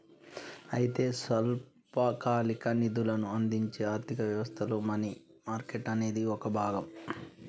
అయితే స్వల్పకాలిక నిధులను అందించే ఆర్థిక వ్యవస్థలో మనీ మార్కెట్ అనేది ఒక భాగం